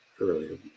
earlier